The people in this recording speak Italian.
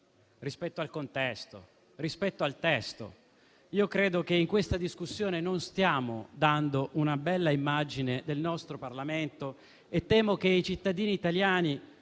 rispetto al clima, al contesto e al testo. Io credo che in questa discussione non stiamo dando una bella immagine del nostro Parlamento e temo che i cittadini italiani